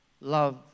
love